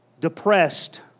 depressed